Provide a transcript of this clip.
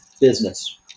business